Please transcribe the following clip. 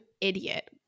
idiot